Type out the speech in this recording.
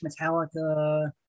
metallica